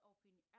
Open